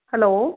hello